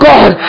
God